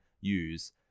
use